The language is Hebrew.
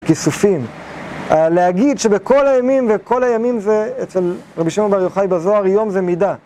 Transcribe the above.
כיסופים, להגיד שבכל הימים, וכל הימים זה אצל רבי שמעון בר יוחאי בזוהר, יום זה מידע.